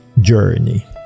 journey